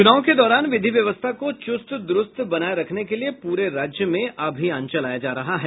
चुनाव के दौरान विधि व्यवस्था को चुस्त दुरूस्त बनाये रखने के लिए पूरे राज्य में अभियान चलाया जा रहा है